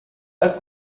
als